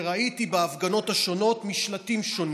שראיתי בהפגנות השונות משלטים שונים: